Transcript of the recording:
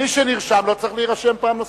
מי שנרשם לא צריך להירשם פעם נוספת.